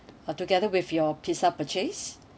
uh together with your pizza purchase